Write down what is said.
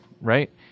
right